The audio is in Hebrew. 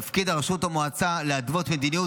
תפקיד הרשות/המועצה להתוות מדיניות,